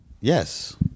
Yes